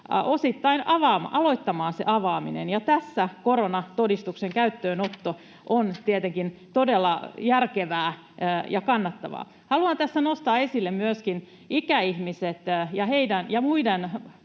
osittain aloittamaan se avaaminen, ja tässä koronatodistuksen käyttöönotto on tietenkin todella järkevää ja kannattavaa. Haluan tässä nostaa esille myöskin ikäihmisten ja